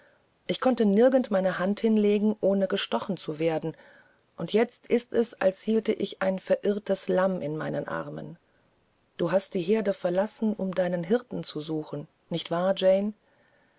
ich konnte nirgend meine hand hinlegen ohne gestochen zu werden und jetzt ist es als hielte ich ein verirrtes lamm in meinen armen du hast die herde verlassen um deinen hirten zu suchen nicht wahr